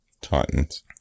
Titans